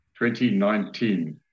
2019